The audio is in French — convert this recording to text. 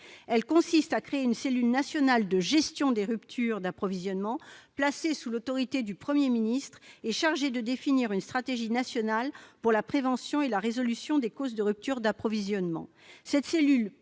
Il s'agit de créer une cellule nationale de gestion des ruptures d'approvisionnement, placée sous l'autorité du Premier ministre et chargée de définir une stratégie nationale pour la prévention et la résolution des causes de rupture d'approvisionnement.